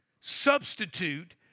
substitute